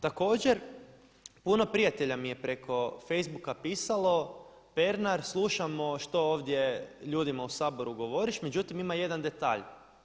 Također puno prijatelja mi je preko Facebooka pisalo Pernar slušamo što ovdje ljudima u Saboru govoriš, međutim ima jedan detalj.